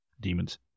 demons